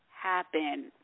happen